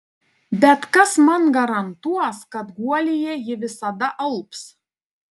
bet kas man garantuos kad guolyje ji visada alps